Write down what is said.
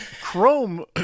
Chrome